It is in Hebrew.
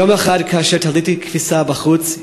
"יום אחד כאשר תליתי כביסה בחוץ,